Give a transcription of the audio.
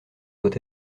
doit